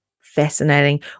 fascinating